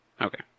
Okay